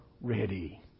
ready